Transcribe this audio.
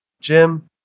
Jim